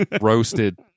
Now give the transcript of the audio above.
Roasted